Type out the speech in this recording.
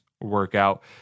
workout